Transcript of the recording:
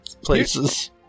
places